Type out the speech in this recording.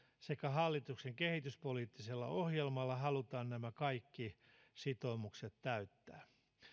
sekä hallituksen kehityspoliittisella ohjelmalla halutaan nämä kaikki sitoumukset täyttää